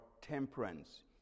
temperance